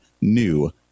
new